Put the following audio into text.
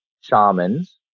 shamans